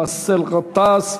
באסל גטאס,